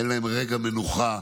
אין להן רגע מנוחה.